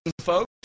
folks